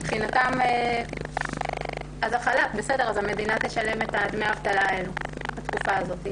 מבחינתם יש חל"ת אז המדינה תשלם את דמי האבטלה בתקופה הזאת,